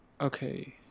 okay